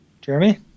Jeremy